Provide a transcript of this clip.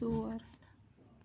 ژور